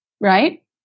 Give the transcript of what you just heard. right